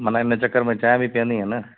मन हिन चकर में चाहि बि पीअदीअ न